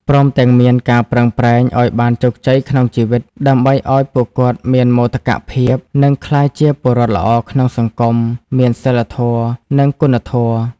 ព្រមទាំងមានការប្រឹងប្រែងឲ្យបានជោគជ័យក្នុងជីវិត ដើម្បីឲ្យពួកគាត់មានមោទកភាព និងក្លាយជាពលរដ្ឋល្អក្នុងសង្គម មានសីលធម៌ និងគុណធម៌។